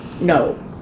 no